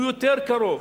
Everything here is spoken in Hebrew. הוא יותר קרוב.